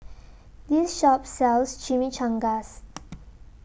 This Shop sells Chimichangas